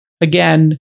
again